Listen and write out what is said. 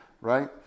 right